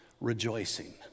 rejoicing